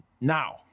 Now